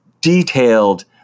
detailed